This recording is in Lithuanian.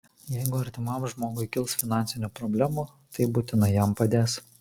jeigu artimam žmogui kils finansinių problemų tai būtinai jam padės